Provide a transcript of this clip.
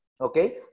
okay